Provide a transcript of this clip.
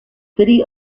city